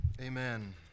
Amen